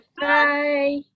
bye